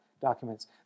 documents